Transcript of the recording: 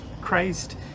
Christ